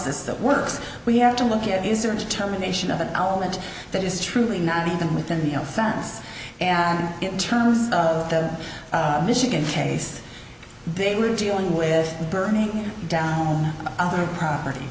s that works we have to look at is there a terminations of an element that is truly not even within the fence and in terms of michigan case they were dealing with burning down other property